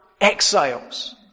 exiles